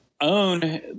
own